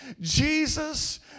Jesus